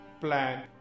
plan